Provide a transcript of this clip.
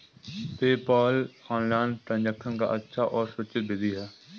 PayPal online transaction का अच्छा और सुरक्षित विधि है